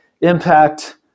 impact